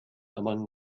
among